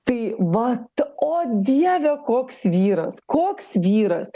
tai vat o dieve koks vyras koks vyras